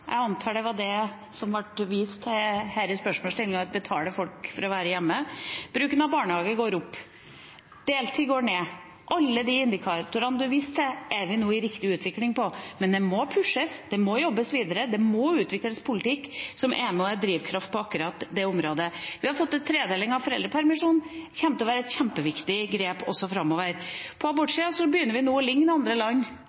Jeg antar det var det som det ble vist til her i spørsmålsstillingen, da man sa at man betaler folk for å være hjemme. Bruken av barnehage går opp. Deltid går ned. Alle de indikatorene representanten Trettebergstuen viste til, er det nå en riktig utvikling for, men det må pushes, det må jobbes videre, og det må utvikles politikk som er en drivkraft på akkurat det området. Vi har fått en tredeling av foreldrepermisjonen. Det kommer til å være et kjempeviktig grep også framover. På